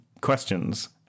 questions